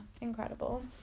incredible